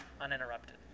uninterrupted